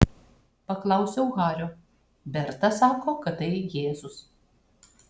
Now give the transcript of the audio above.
paklausiau hario berta sako kad tai jėzus